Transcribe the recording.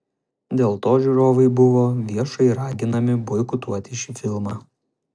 dėl to žiūrovai buvo viešai raginami boikotuoti šį filmą